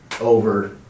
over